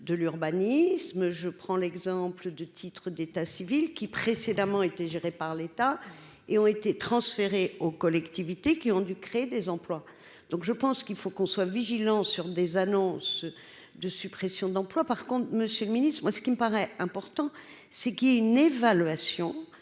de l'urbanisme, je prends l'exemple de titres d'état civil qui précédemment été gérés par l'État et ont été transférés aux collectivités qui ont dû créer des emplois, donc je pense qu'il faut qu'on soit vigilant sur des annonces de suppressions d'emplois, par contre, Monsieur le Ministre, moi ce qui me paraît important, c'est qu'il y ait une évaluation